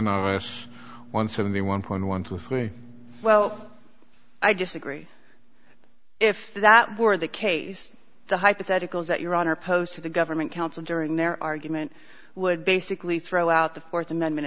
guess one seventy one point one two three well i disagree if that were the case the hypotheticals that your honor posed to the government council during their argument would basically throw out the fourth amendment